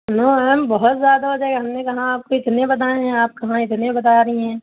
نو میم بہت زیادہ ہو جائے گا ہم نے کہاں آپ کو اتنے بتائے ہیں آپ کہاں اتنے بتا رہی ہیں